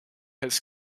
has